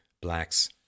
blacks